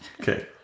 Okay